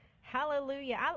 Hallelujah